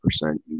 percent